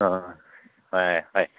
ꯑꯥ ꯍꯣꯏ ꯍꯣꯏ